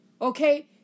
Okay